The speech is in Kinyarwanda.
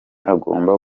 agomba